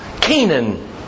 Canaan